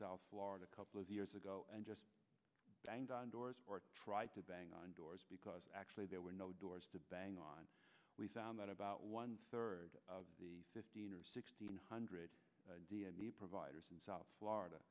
south florida couple of years ago and just banged on doors or tried to bang on doors because actually there were no doors to bang on we found out about one third of the fifteen or sixteen hundred d n a providers in south florida